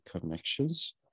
connections